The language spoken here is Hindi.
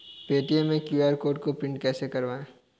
पेटीएम के क्यू.आर कोड को प्रिंट कैसे करवाएँ?